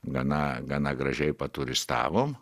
gana gana gražiai paturistavom